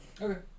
Okay